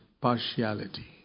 Partiality